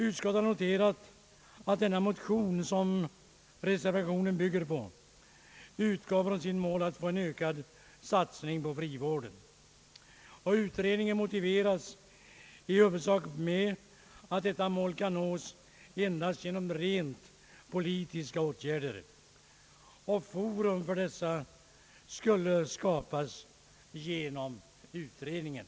Utskottet har noterat att de motioner som reservationen bygger på har uppe satt som mål att få till stånd en ökad satsning på frivården. Kravet på utredning motiveras i huvudsak med att detta mål kan nås endast genom rent politiska åtgärder och att forum för dessa skulle skapas genom utredningen.